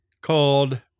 called